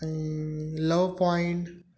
love point